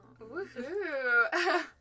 Woohoo